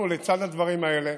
אנחנו לצד הדברים האלה